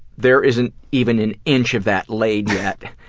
there isn't even an inch of that laid yet,